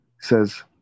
says